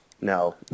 No